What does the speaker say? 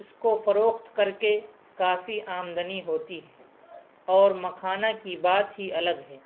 اس کو فروخت کر کے کافی آمدنی ہوتی ہے اور مکھانا کی بات ہی الگ ہے